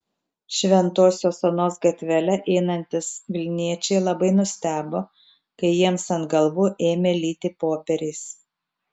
šventosios onos gatvele einantys vilniečiai labai nustebo kai jiems ant galvų ėmė lyti popieriais